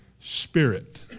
spirit